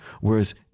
Whereas